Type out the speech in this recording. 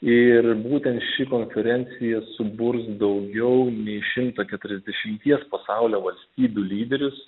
ir būtent ši konferencija suburs daugiau nei šimto keturiasdešimties pasaulio valstybių lyderius